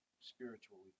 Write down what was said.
spiritually